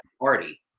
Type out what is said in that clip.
party